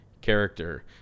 character